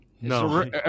no